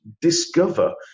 discover